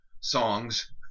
songs